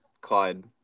Clyde